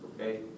Okay